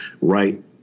right